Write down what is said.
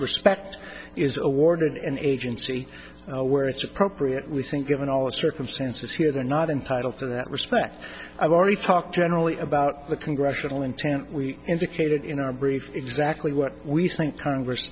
respect is awarded an agency where it's appropriate we think given all the circumstances here they're not entitled to that respect i've already talked generally about the congressional intent we indicated in our brief exactly what we think congress